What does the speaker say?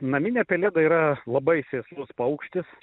naminė pelėda yra labai sėslus paukštis